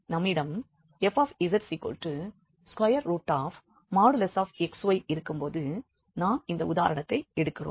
நம்மிடம் fz|xy| இருக்கும்பொழுது நாம் இந்த உதாரணத்தை எடுக்கிறோம்